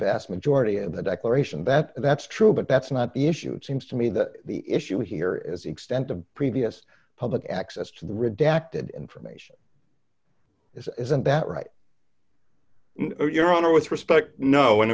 vast majority of the declaration that that's true but that's not the issue it seems to me that the issue here is the extent of previous public access to the redacted information isn't that right your honor with respect no and